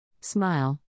Smile